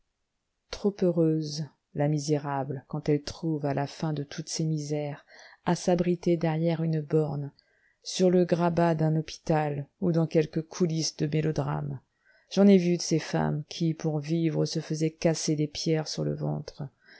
trop heureuse la misérable quand elle trouve à la fin de toutes ces misères à s'abriter derrière une borne sur le grabat d'un hôpital ou dans quelque coulisse de mélodrame j'en ai vu de ces femmes qui pour vivre se faisaient casser des pierres sur le ventre